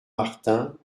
martin